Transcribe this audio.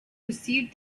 perceived